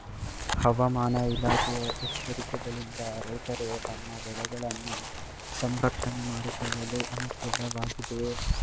ಹವಾಮಾನ ಇಲಾಖೆಯ ಎಚ್ಚರಿಕೆಗಳಿಂದ ರೈತರು ತಮ್ಮ ಬೆಳೆಗಳನ್ನು ಸಂರಕ್ಷಣೆ ಮಾಡಿಕೊಳ್ಳಲು ಅನುಕೂಲ ವಾಗಿದೆಯೇ?